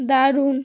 দারুণ